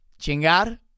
chingar